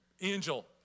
Angel